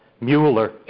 Mueller